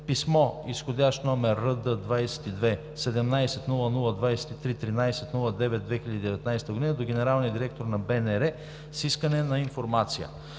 Писмо изх. № РД-22 17-00-23/13.09.2019 г. до генералния директор на БНР с искане на информация.